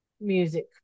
music